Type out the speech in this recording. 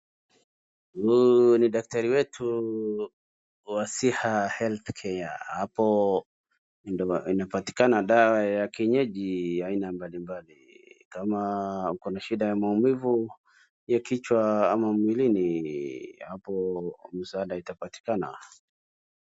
Huu ni daktari wetu wa siha healthcare hapo inapatikana dawa ya kienyeji aina mbaimbali kama ukona shida ya maumivu ya kichwa ama mwili hapo msaada itapatikana .